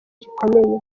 gikomeye